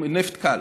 נפט קל.